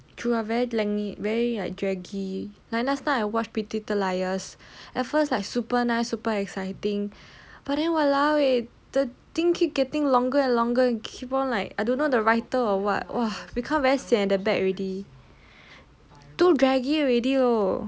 true ah very lengthy very like draggy like last time I watch pretty little liars at first like super nice super exciting but then !walao! eh the thing keep getting longer and longer and keep on like I don't know the writer or what !wah! become very sian at the back too draggy already lor